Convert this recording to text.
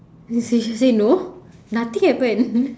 she say she say no nothing happened